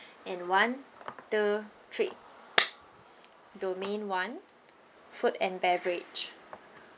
and one two three domain one food and beverage